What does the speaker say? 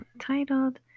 titled